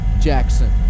Jackson